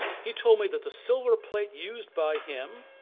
he told me that the silver plate used by him,